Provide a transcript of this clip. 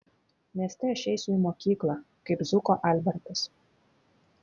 mieste aš eisiu į mokyklą kaip zuko albertas